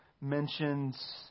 mentions